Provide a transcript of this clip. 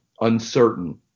uncertain